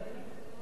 לא חשוב.